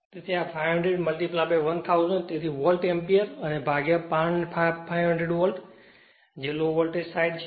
તેથી આ 500 1000 છે તેથી વોલ્ટ એમ્પીયર અને ભાગ્યા 500 વોલ્ટ જે લો વોલ્ટેજ સાઈડ છે